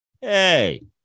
Hey